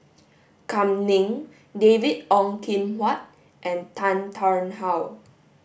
Kam Ning David Ong Kim Huat and Tan Tarn How